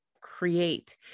create